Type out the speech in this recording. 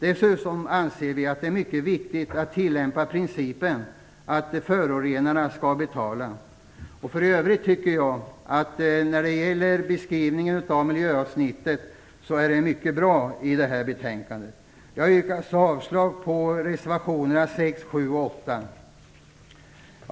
Dessutom anser vi att det är mycket viktigt att tilllämpa principen att förorenarna själva skall betala. För övrigt tycker jag att beskrivningen i miljöavsnittet i betänkandet är mycket bra. Jag yrkar avslag på reservationerna nr 6, 7 och 8.